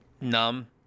numb